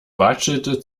watschelte